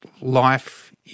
life